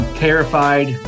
terrified